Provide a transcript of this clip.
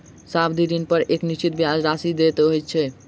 सावधि ऋणपर एक निश्चित ब्याज राशि देय होइत छै